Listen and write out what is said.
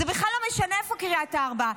זה בכלל לא משנה איפה קריית ארבע.